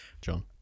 John